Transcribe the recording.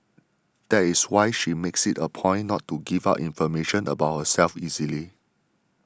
that is why she makes it a point not to give out information about herself easily